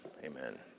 Amen